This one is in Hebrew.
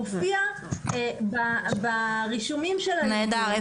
מופיע ברישומים שלנו --- נהדר,